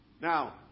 Now